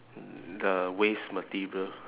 the waste material